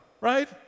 right